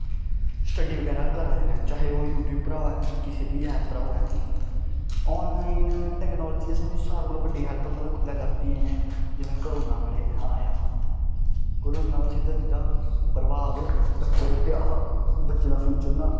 study बगैरा करा दे न चाहें ओह् यूट्यूब उप्परा होऐ किसे बी ऐप उप्परा होऐ आनलाइन टेक्नोलाजी अस सारे कोला बड़ी हैल्प पता कुल्लै करदी ऐ जिसले करोना साढ़े इत्थें आए हा करोना दा सिद्धा सिद्धा प्रभाव बच्चे उप्पर पेआ हा बच्चे दा फ्यूचर ना